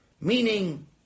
Meaning